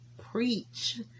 Preach